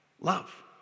Love